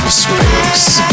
space